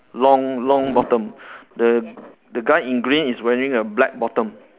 long long bottom the the guy in green is wearing a black bottom